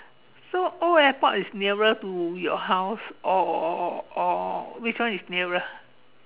so old airport is nearer to your house or or which one is nearer